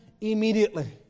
immediately